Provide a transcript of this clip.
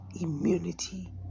immunity